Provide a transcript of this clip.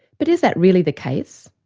but is that really the case?